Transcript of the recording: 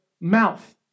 mouth